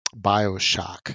Bioshock